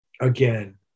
again